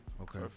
Okay